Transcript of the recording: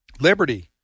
Liberty